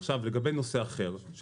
עכשיו, לגבי נושא אחר.